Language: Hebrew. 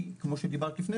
כי כמו שאמרת,